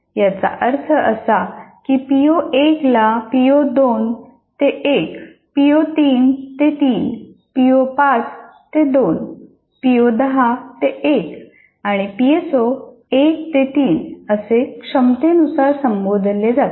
याचा अर्थ असा की पीओ 1 ला 1 पीओ 2 ते 1 पीओ 3 ते 3 पीओ 5 ते 2 पीओ 10 ते 1 आणि पीएसओ 1 ते 3 असे क्षमतेनुसार संबोधले जाते